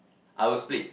I'll split